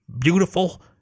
Beautiful